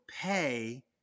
pay